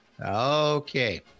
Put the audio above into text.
Okay